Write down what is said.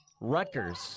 Rutgers